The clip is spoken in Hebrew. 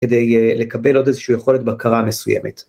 כדי לקבל עוד איזושהי יכולת בהכרה מסוימת.